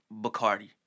Bacardi